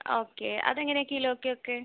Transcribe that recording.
okay അതെങ്ങനെ കിലോക്കൊക്കെ